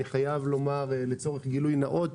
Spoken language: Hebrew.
אומר לצורך גילוי נאות,